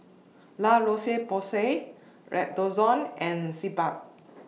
La Roche Porsay Redoxon and Sebamed